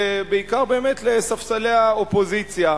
ובעיקר, באמת, לספסלי האופוזיציה,